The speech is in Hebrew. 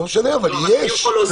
לא משנה, אבל יש.